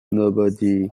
nobody